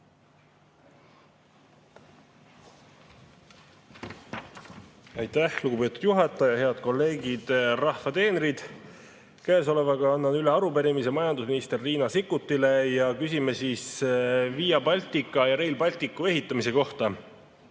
Aitäh, lugupeetud juhataja! Head kolleegid, rahva teenrid! Annan üle arupärimise majandusminister Riina Sikkutile ja küsime Via Baltica ja Rail Balticu ehitamise kohta.